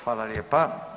Hvala lijepa.